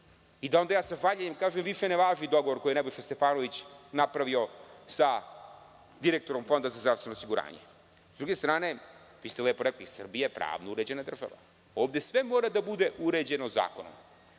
da ja onda sa žaljenjem kažem da više ne važi dogovor koji je Nebojša Stefanović napravio sa direktorom Fonda za zdravstveno osiguranje.S druge strane, vi ste lepo rekli da je Srbija pravno uređena država. Ovde sve mora da bude uređeno zakonom,